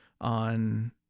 on